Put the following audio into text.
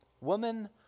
Woman